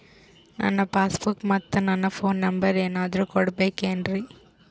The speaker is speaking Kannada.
ನನ್ನ ಪಾಸ್ ಬುಕ್ ಮತ್ ನನ್ನ ಫೋನ್ ನಂಬರ್ ಏನಾದ್ರು ಕೊಡಬೇಕೆನ್ರಿ?